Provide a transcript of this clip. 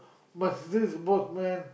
plus is just boatman